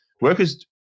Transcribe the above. workers